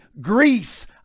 Greece